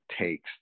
takes